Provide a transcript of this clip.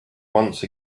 once